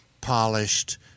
polished